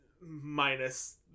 minus